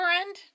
end